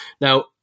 Now